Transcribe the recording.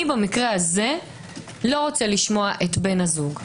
אני במקרה הזה לא רוצה לשמוע את בן הזוג.